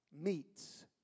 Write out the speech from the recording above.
meets